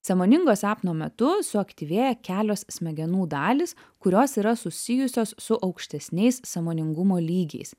sąmoningo sapno metu suaktyvėja kelios smegenų dalys kurios yra susijusios su aukštesniais sąmoningumo lygiais